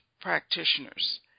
practitioners